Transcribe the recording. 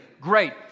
Great